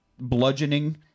bludgeoning